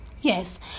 Yes